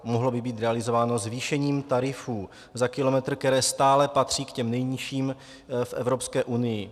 Mohlo by být realizováno zvýšením tarifů za kilometr, které stále patří k těm nejnižším v Evropské unii.